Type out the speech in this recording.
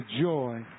joy